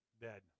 Dead